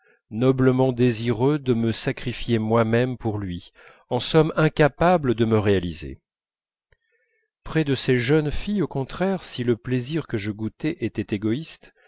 noblement désireux de me sacrifier moi-même pour lui en somme incapable de me réaliser près de ces jeunes filles au contraire si le plaisir que je goûtais était égoïste